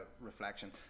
reflection